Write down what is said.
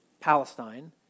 Palestine